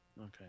Okay